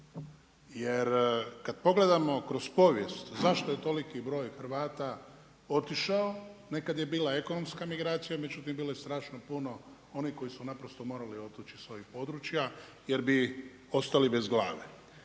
Jer kad pogledamo kroz povijest, zašto je toliki broj Hrvata otišao, nekada je bila ekonomska migracija, međutim bilo je strašno puno onih koji su naprosto morali otići iz svojih područja, jer bi ostali bez glave.